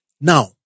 Now